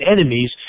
enemies